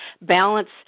balance